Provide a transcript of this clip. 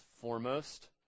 foremost